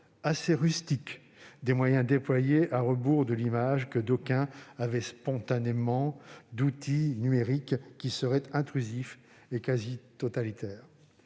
assez rustique » des moyens déployés, à rebours de l'image que d'aucuns avaient spontanément d'outils numériques qui seraient intrusifs et quasi totalitaires.